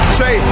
say